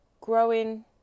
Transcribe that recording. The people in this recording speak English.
growing